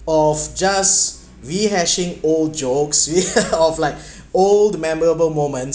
of just rehashing old jokes yeah of like old memorable moments